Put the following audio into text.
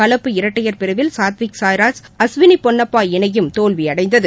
கலப்பு இரட்டையர் பிரிவில் சாத்விக் சாய்ராஜ் அஸ்விளிபொன்னப்பா இணையும் தோல்வியடைந்தது